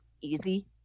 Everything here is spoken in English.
easy